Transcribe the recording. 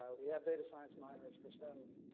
we have data science minors for some,